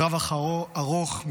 קרב ארוך,